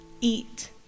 eat